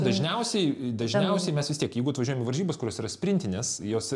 dažniausiai dažniausiai mes vis tiek jeigu atvažiuojam į varžybas kurios yra stiprintinės jos